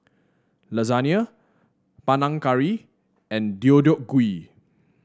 Lasagna Panang Curry and Deodeok Gui